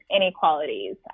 inequalities